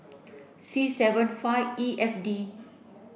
C seven five E F D